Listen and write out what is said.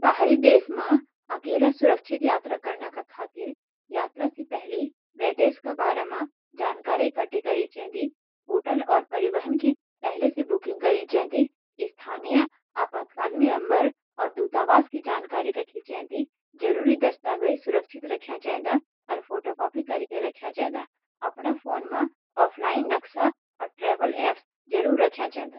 बाहरी देश म अकेल सुरक्षित यात्रा करन का खातिर: यात्रा से पहले वे देश क बारा म जानकारी इकठ्ठा करी चेन्दी। होटल और परिवहन की पहले सी बुकिंग करी चेन्दी। स्थानीय आपातकालीन नंबर और दूतावास की जानकारी रख चेन्दी। जरूरी दस्तावेज़ सुरक्षित रख्या चैनदा और फोटो कॉपी करई के रखिया चेन्दा। अपडा फोन म ऑफलाइन नक्शे और ट्रैवल ऐप्स जरूर रख्या चेन्दा।